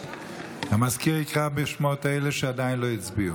המזכיר יקרא בשמות אלה שעדיין לא הצביעו.